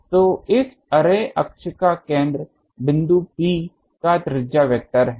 तो इस अर्रे अक्ष का केंद्र बिंदु P का त्रिज्या वेक्टर है